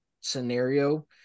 scenario